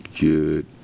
good